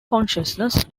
consciousness